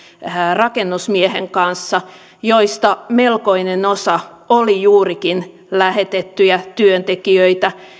rakennusmiehen kanssa joista melkoinen osa oli juurikin lähetettyjä työntekijöitä